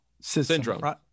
syndrome